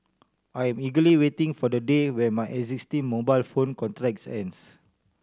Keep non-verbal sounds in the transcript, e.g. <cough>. I am eagerly waiting for the day when my existing mobile phone <unintelligible> ends